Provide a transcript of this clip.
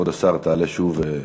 תעלה שוב,